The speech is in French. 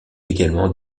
également